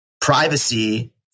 privacy